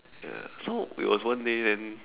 ya so it was one day then